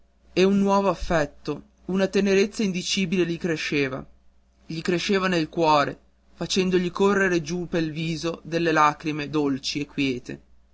e un nuovo affetto una tenerezza indicibile gli cresceva gli cresceva nel cuore facendogli correre giù pel viso delle lacrime dolci e quiete